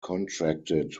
contracted